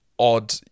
Odd